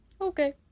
Okay